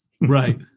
Right